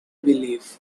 believe